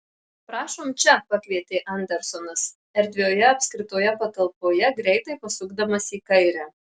prašom čia pakvietė andersonas erdvioje apskritoje patalpoje greitai pasukdamas į kairę